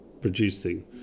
producing